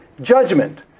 judgment